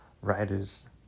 writers